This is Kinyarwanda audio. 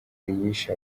yishe